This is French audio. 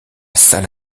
salle